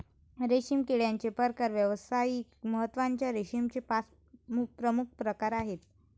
रेशीम किड्याचे प्रकार व्यावसायिक महत्त्वाच्या रेशीमचे पाच प्रमुख प्रकार आहेत